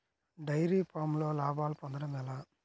Dairy ఫామ్లో లాభాలు పొందడం ఎలా?